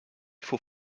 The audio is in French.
faut